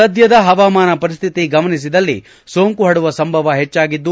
ಸದ್ಯದ ಹವಾಮಾನ ಪರಿಸ್ಥಿತಿ ಗಮನಿಸಿದ್ದಲ್ಲಿ ಸೋಂಕು ಪರಡುವ ಸಂಭವ ಹೆಚ್ಚಾಗಿದ್ದು